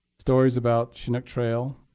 stories about chinook trail,